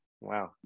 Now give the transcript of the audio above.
wow